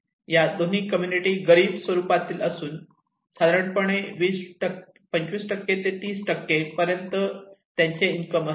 या दोन्ही कम्युनिटी गरीब स्वरूपातील असून साधारणपणे 2500 ते 5000 पर्यंत त्यांचे इन्कम असते